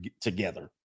together